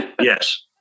Yes